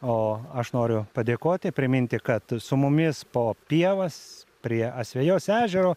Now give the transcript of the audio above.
o aš noriu padėkoti priminti kad su mumis po pievas prie asvejos ežero